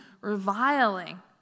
reviling